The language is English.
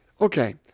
okay